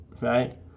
right